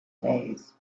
days